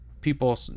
people